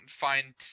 find